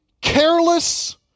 careless